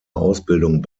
ausbildung